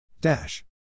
Dash